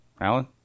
Alan